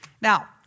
now